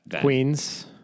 Queens